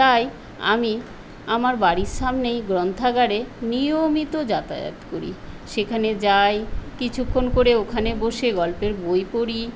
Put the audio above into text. তাই আমি আমার বাড়ির সামনেই গ্রন্থাগারে নিয়মিত যাতায়াত করি সেখানে যাই কিছুক্ষণ করে ওখানে বসে গল্পের বই পড়ি